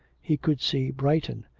he could see brighton,